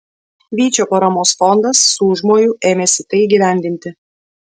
vyčio paramos fondas su užmoju ėmėsi tai įgyvendinti